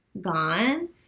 gone